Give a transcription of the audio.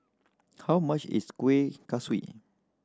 how much is Kuih Kaswi